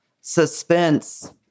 suspense